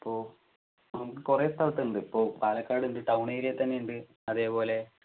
അപ്പോൾ നമുക്ക് കുറേ സ്ഥലത്ത് ഉണ്ട് ഇപ്പോൾ പാലക്കാട് ഉണ്ട് ടൗൺ ഏരിയയിൽത്തന്നെ ഉണ്ട് അതേപോലെ